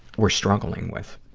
we're struggling with.